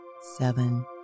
seven